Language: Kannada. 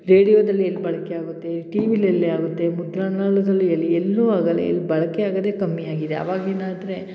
ರೇಡಿಯೋದಲ್ಲಿ ಎಲ್ಲಿ ಬಳಕೆಯಾಗುತ್ತೆ ಟೀ ವಿಲೆ ಎಲ್ಲೇ ಆಗುತ್ತೆ ಮುದ್ರಾಣಾಲದಲ್ಲು ಎಲ್ಲಿ ಎಲ್ಲೂ ಆಗಲ್ಲ ಎಲ್ಲಿ ಬಳಕೆ ಆಗೋದೆ ಕಮ್ಮಿಯಾಗಿದೆ ಅವಾಗಿನಾದರೆ